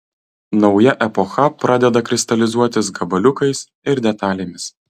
nauja epocha pradeda kristalizuotis gabaliukais ir detalėmis